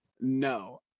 No